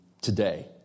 today